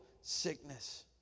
sickness